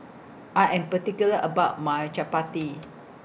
I Am particular about My Chapati